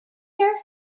here